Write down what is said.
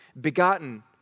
begotten